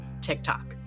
TikTok